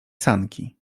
sanki